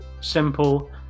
simple